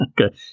Okay